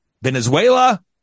Venezuela